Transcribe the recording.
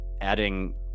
adding